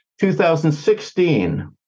2016